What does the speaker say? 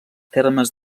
termes